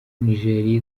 nigeria